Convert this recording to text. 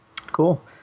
Cool